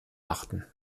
achten